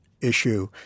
issue